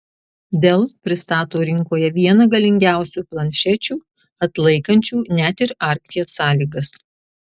dell pristato rinkoje vieną galingiausių planšečių atlaikančių net ir arkties sąlygas